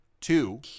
Two